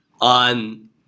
on